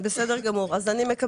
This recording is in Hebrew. בסדר גמור, אני מקבלת.